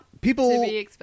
people